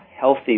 healthy